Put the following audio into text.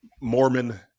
Mormon